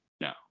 no